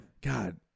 God